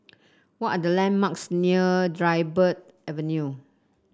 what are the landmarks near Dryburgh Avenue